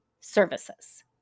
services